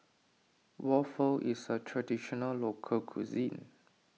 Waffle is a Traditional Local Cuisine